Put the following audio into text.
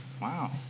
Wow